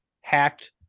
hacked